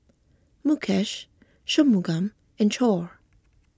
Mukesh Shunmugam and Choor